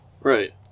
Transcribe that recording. right